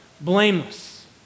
blameless